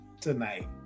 tonight